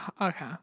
Okay